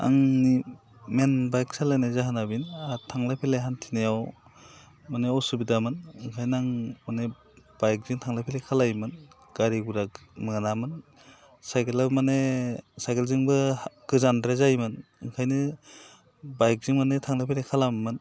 आंनि main bike सालायनाय जाहोना बेनो आं थांलाय फैलाय हान्थिनायाव माने उसुबिदामोन ओंखायनो आं माने बाइकजों थांलाय फैलाय खालायोमोन गारि गरा मोनामोन साइखेलाबो माने साइखेलजोंबो गोजानद्राय जायोमोन ओंखायनो बाइकजों माने थांलाय फैलाय खालामोमोन